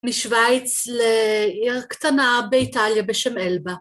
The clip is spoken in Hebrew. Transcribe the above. משוויץ לעיר קטנה באיטליה בשם אלבה.